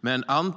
Men man